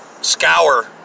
scour